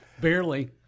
Barely